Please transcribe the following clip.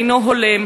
אדוני